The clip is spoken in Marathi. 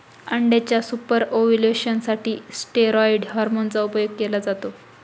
अंड्याच्या सुपर ओव्युलेशन साठी स्टेरॉईड हॉर्मोन चा उपयोग केला जातो